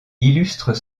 illustrent